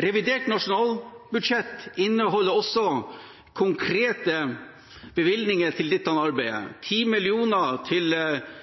Revidert nasjonalbudsjett inneholder også konkrete bevilgninger til dette arbeidet – 10 mill. kr til